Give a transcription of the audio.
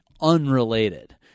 unrelated